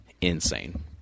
insane